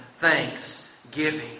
thanksgiving